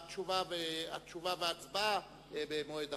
התשובה וההצבעה במועד אחר.